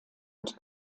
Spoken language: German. und